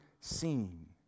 seen